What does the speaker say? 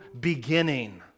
beginning